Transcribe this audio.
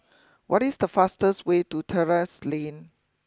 what is the fastest way to Terrasse Lane